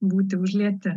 būti užlieti